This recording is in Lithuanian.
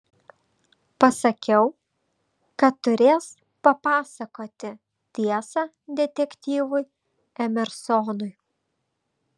pasakiau kad turės papasakoti tiesą detektyvui emersonui